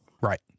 Right